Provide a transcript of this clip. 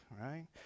right